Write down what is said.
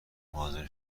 حاضر